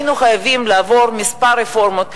היינו חייבים לעבור כמה רפורמות,